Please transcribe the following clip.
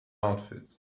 outfit